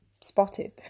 spotted